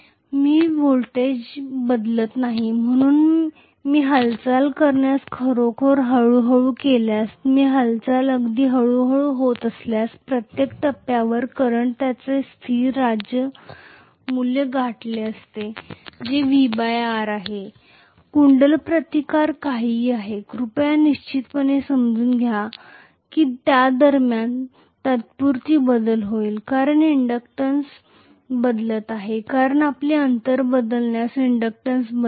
मी voltage बदलत नाही आहे म्हणून मी हालचाली खरोखर हळू हळू केल्यास किंवा हालचाली अगदी हळूहळू होत असल्यास प्रत्येक टप्प्यावर करंट त्याचे स्थिर मूल्य गाठले असते जे आहे कुंडल प्रतिकार काहीही असो कृपया निश्चितपणे समजून घ्या की त्यादरम्यान तात्पुरता बदल होईल कारण इंडक्टॅन्स बदलत आहे कारण आपली अंतर बदलल्यास इंडक्टन्स बदलेल